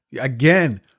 again